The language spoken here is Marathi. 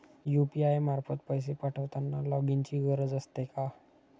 यु.पी.आय मार्फत पैसे पाठवताना लॉगइनची गरज असते का?